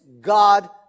God